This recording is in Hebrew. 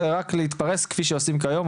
זה רק להתפרס כפי שעושים כיום,